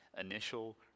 initial